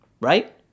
right